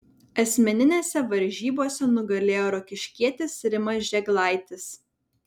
asmeninėse varžybose nugalėjo rokiškietis rimas žėglaitis